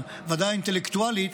ודאי אינטלקטואלית,